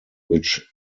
which